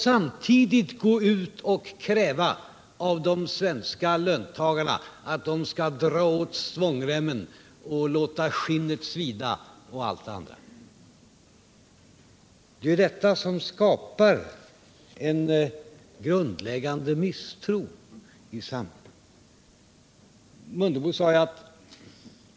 Samtidigt går man ut och kräver av löntagarna att de skall dra åt svångremmen, låta det svida i skinnet och allt det andra. Det är ju detta som skapar en grundläggande misstro i samhället.